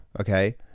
Okay